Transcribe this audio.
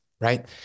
right